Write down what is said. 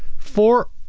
for